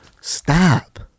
Stop